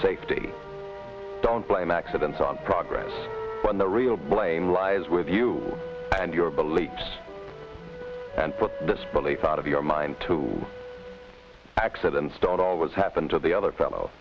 safety don't blame accidents on progress on the real blame lies with you and your beliefs and put this belief out of your mind to accidents don't always happen to the other fellow